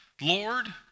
Lord